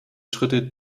schritte